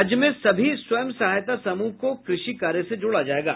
राज्य में सभी स्वयं सहायता समूह को कृषि कार्य से जोड़ा जायेगा